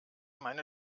meine